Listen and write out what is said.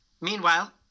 meanwhile